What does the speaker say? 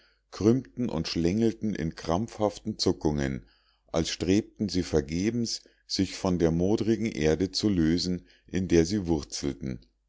krümmten und schlängelten in krampfhaften zuckungen als strebten sie vergebens sich von der moderigen erde zu lösen in der sie wurzelten